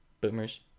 Boomers